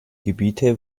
gebiete